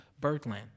Birdland